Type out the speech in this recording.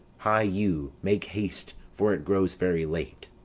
hie you, make haste, for it grows very late.